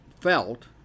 felt